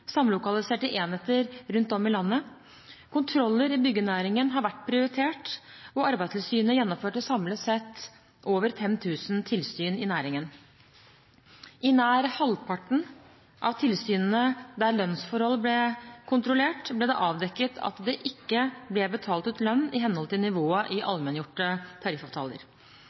samlokaliserte enheter rundt om i landet. Kontroller i byggenæringen har vært prioritert. Arbeidstilsynet gjennomførte samlet sett over 5 000 tilsyn i næringen. I nær halvparten av tilsynene der lønnsforhold ble kontrollert, ble det avdekket at det ikke ble betalt ut lønn i henhold til nivået i allmenngjorte tariffavtaler.